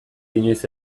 inoiz